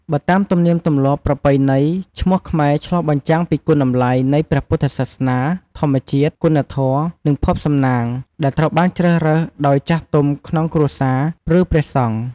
បើតាមទំនៀមទម្លាប់ប្រណៃណី ឈ្មោះខ្មែរឆ្លុះបញ្ចាំងពីគុណតម្លៃនៃព្រះពុទ្ធសាសនា ធម្មជាតិ គុណធម៌ និងភ័ព្វសំណាង ដែលត្រូវបានជ្រើសរើសដោយចាស់ទុំក្នុងគ្រួសារ ឬព្រះសង្ឃ។